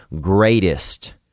greatest